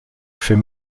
fait